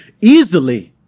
easily